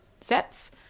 sets